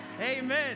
Amen